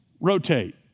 rotate